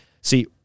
See